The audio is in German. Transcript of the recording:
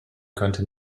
könnte